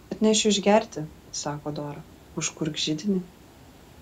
atnešiu išgerti sako dora užkurk židinį